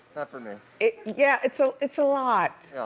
for me. yeah, it's so it's a lot.